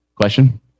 question